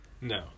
No